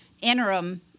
interim